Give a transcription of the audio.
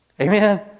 Amen